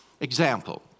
Example